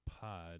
pod